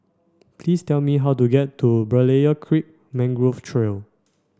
please tell me how to get to Berlayer Creek Mangrove Trail